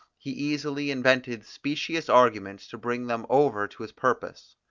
he easily invented specious arguments to bring them over to his purpose.